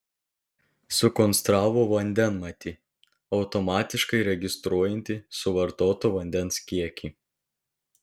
sukonstravo vandenmatį automatiškai registruojantį suvartoto vandens kiekį